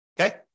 okay